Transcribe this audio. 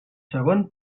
segon